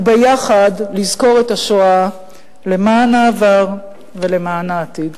וביחד לזכור את השואה למען העבר ולמען העתיד.